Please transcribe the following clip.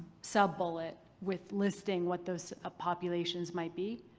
sub-bullet with listing what those ah populations might be?